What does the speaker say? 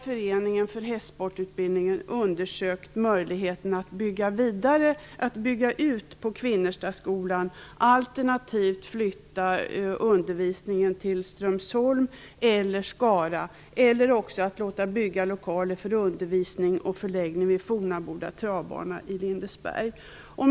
Föreningen för hästsportsutbildningen har undersökt möjligheten att bygga ut på Kvinnerstaskolan alternativt flytta undervisningen till Strömsholm eller Skara. Ett annat alternativ är att låta bygga lokaler för undervisning och förläggning vid Fornaboda travbana i Lindesberg.